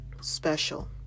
special